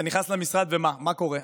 אתה נכנס למשרד ומה קורה?